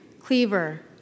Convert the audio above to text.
Cleaver